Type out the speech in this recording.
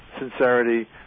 sincerity